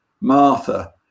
Martha